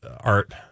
Art